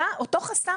בסדר.